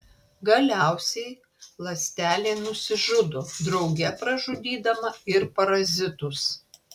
galiausiai ląstelė nusižudo drauge pražudydama ir parazitus